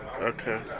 Okay